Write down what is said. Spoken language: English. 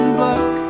block